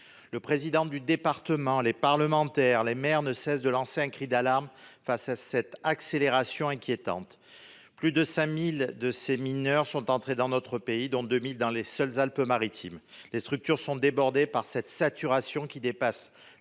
Le président du département, les parlementaires, les maires ne cessent de lancer un cri d'alarme face à cette accélération inquiétante. Plus de 5 000 de ces mineurs sont entrés dans notre pays, dont 2 000 dans les seules Alpes-Maritimes. Les structures sont débordées par cette saturation qui dépasse